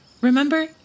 remember